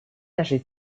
нашей